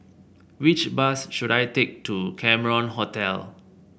which bus should I take to Cameron Hotel